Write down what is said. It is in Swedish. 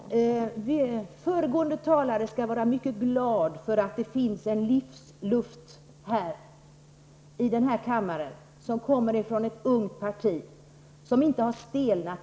Herr talman! Den föregående talaren skall vara mycket glad för att det finns en livsluft här i kammaren som kommer från ett ungt parti, som ännu inte har stelnat.